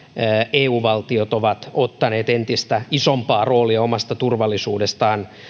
eu valtiot ovat ottaneet entistä isompaa roolia omasta turvallisuudestaan